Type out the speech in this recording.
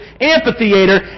amphitheater